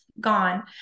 gone